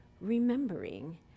remembering